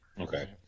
Okay